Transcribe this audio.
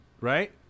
right